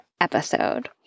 episode